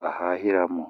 bahahiramo.